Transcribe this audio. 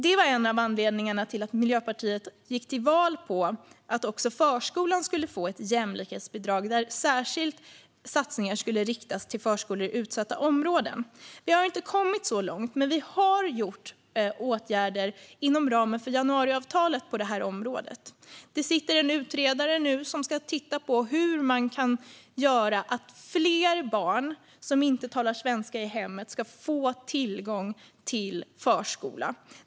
Det var en av anledningarna till att Miljöpartiet gick till val på att också förskolan skulle få ett jämlikhetsbidrag, där särskilda satsningar skulle riktas till förskolor i utsatta områden. Vi har inte kommit så långt, men vi har vidtagit åtgärder inom ramen för januariavtalet på det här området. Det sitter nu en utredare som ska titta på hur man kan göra för att fler barn som inte talar svenska i hemmet ska få tillgång till förskola.